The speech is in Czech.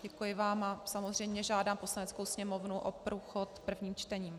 Děkuji vám a samozřejmě žádám Poslaneckou sněmovnu o průchod prvním čtením.